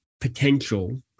potential